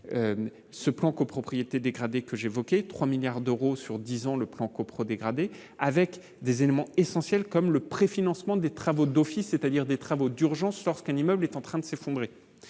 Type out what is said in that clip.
ce plan copropriétés dégradées que j'évoquais, 3 milliards d'euros sur 10 ans le plan coprs dégradée avec des éléments essentiels comme le prêt finance. Des travaux d'office, c'est-à-dire des travaux d'urgence lorsqu'un immeuble est en train de s'effondrer,